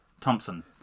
Thompson